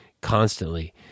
constantly